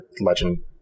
legend